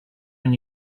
when